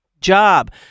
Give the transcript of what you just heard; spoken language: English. job